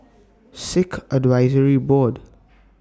Sikh Advisory Board